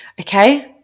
Okay